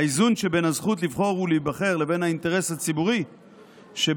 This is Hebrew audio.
האיזון שבין הזכות לבחור ולהיבחר לבין האינטרס הציבורי שבניקיון